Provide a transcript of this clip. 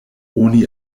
oni